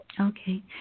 Okay